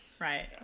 right